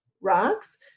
rocks